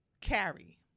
carry